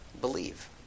Believe